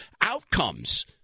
outcomes